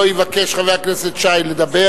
לא יבקש חבר הכנסת שי לדבר